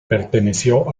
perteneció